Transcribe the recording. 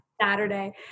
Saturday